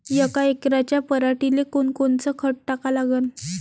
यका एकराच्या पराटीले कोनकोनचं खत टाका लागन?